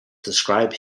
describe